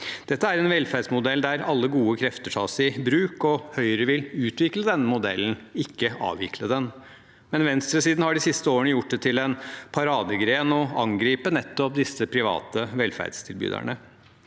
Dette er en velferdsmodell der alle gode krefter tas i bruk. Høyre vil utvikle denne modellen, ikke avvikle den, men venstresiden har de siste årene gjort det til en paradegren å angripe disse private velferdstilbyderne.